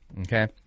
Okay